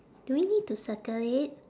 do we need to circle it